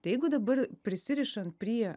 tai jeigu dabar prisirišant prie